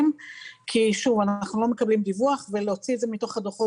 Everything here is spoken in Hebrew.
כי אנחנו לא מקבלים דיווח ולהוציא את זה מתוך הדוחות